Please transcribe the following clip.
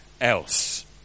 else